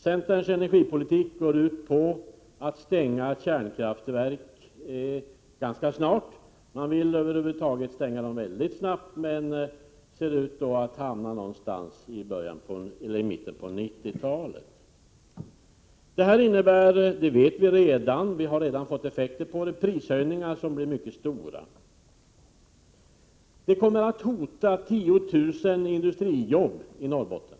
Centerns energipolitik går ut på att stänga kärnkraftverken ganska snart. Man vill stänga dem mycket snabbt men ser ut att hamna någonstans i mitten på 90-talet. Det innebär — vi har redan sett effekterna— prishöjningar som blir mycket stora. Detta kommer att hota 10 000 industrijobb i Norrbotten.